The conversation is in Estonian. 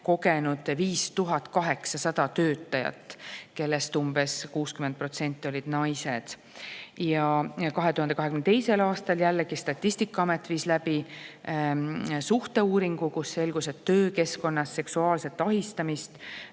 kogenud 5800 töötajat, kellest umbes 60% olid naised. Ja 2022. aastal viis Statistikaamet läbi suhteuuringu, millest selgus, et töökeskkonnas seksuaalset ahistamist